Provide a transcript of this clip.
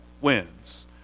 wins